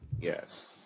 Yes